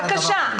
בבקשה.